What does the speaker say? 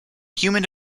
human